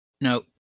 No